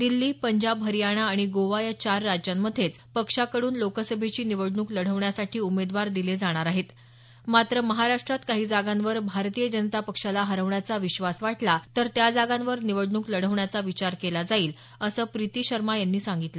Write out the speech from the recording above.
दिल्ली पंजाब हरियाणा आणि गोवा या चार राज्यांमध्येच पक्षाकडून लोकसभेची निवडणूक लढवण्यासाठी उमेदवार दिले जाणार आहे मात्र महाराष्ट्रात काही जागांवर भारतीय जनता पक्षाला हरवण्याचा विश्वास वाटला तर त्या जागांवर निवडणूक लढवण्याचा विचार केला जाईल असं प्रीती शर्मा यांनी सांगितलं